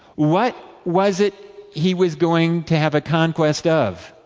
what was it he was going to have a conquest of?